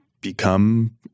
become